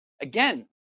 Again